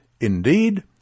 Indeed